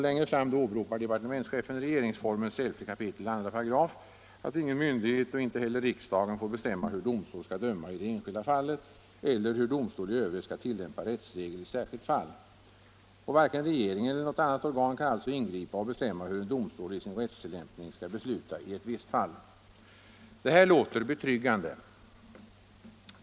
Längre fram åberopar departementschefen stadgandet i regeringsformens 11 kap. 2 § att ingen myndighet, inte heller riksdagen, får bestämma hur domstol skall döma i det enskilda fallet eller hur domstol i övrigt skall tillämpa rättsregel i särskilt fall. Varken regeringen eller något annat organ kan alltså ingripa och bestämma hur en domstol i sin rättstillämpning skall besluta i visst fall. Detta låter betryggande.